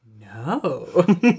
No